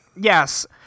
yes